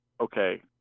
okay